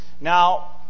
Now